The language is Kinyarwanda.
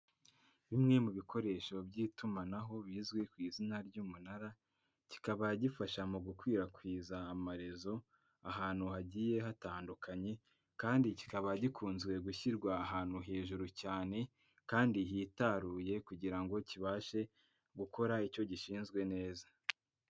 Bimwe mu bikoresho by'itumanaho bizwi ku izina ry'umunara, kikaba gifasha mu gukwirakwiza amarezo ahantu hagiye hatandukanye kandi kikaba gikunze gushyirwa ahantu hejuru cyane kandi hitaruye kugira ngo kibashe gukora icyo gishinzwe neza.